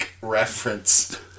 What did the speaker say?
reference